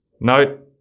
Note